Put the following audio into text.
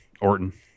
Orton